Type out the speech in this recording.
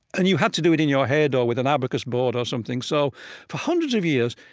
and you had to do it in your head or with an abacus board or something. so for hundreds of years,